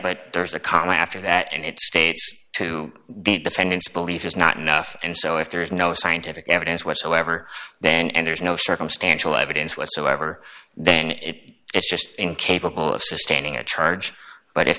but there's a comma after that and it states to the defendant's belief is not enough and so if there is no scientific evidence whatsoever then and there's no circumstantial evidence whatsoever then it is just incapable of sustaining a charge but if